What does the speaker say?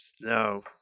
No